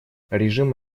режим